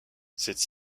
cette